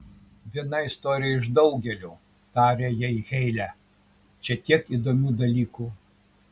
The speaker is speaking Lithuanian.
viena istorija iš daugelio tarė jai heile čia tiek įdomių dalykų